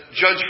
judge